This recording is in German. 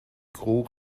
crew